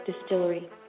Distillery